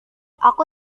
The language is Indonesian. aku